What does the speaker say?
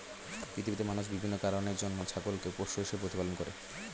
পৃথিবীতে মানুষ বিভিন্ন কারণের জন্য ছাগলকে পোষ্য হিসেবে প্রতিপালন করে